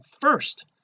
first